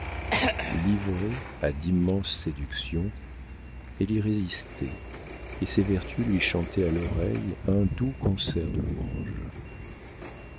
livrée à d'immenses séductions elle y résistait et ses vertus lui chantaient à l'oreille un doux concert de louanges